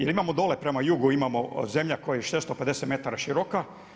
Jer imamo dole prema jugu imamo zemlja koja je 650 metara široka.